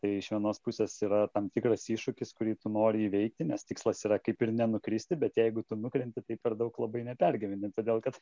tai iš vienos pusės yra tam tikras iššūkis kurį tu nori įveikti nes tikslas yra kaip ir nenukristi bet jeigu tu nukrenti tai per daug labai nepergyveni todėl kad